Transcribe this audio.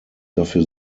dafür